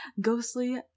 ghostly